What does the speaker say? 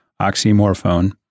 oxymorphone